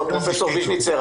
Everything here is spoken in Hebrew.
פרופ' ויז'ניצר,